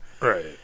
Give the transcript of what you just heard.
Right